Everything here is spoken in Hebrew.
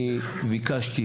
אני ביקשתי